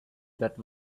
that